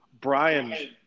Brian